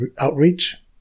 outreach